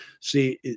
See